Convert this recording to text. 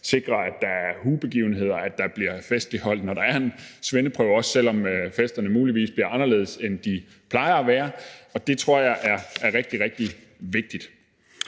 sikrer, at der er huebegivenheder, og at det bliver festligholdt, når der er en svendeprøve, også selv om festerne muligvis bliver anderledes, end de plejer at være, og det tror jeg er rigtig, rigtig vigtigt.